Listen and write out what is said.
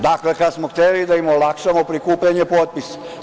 Dakle, kad smo hteli da im olakšamo prikupljanje potpisa.